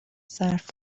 صرف